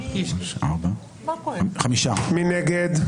מי נמנע?